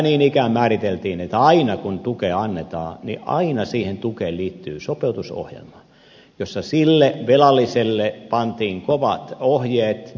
niin ikään määriteltiin että kun tukea annetaan niin aina siihen tukeen liittyy sopeutusohjelma jossa sille velalliselle pantiin kovat ohjeet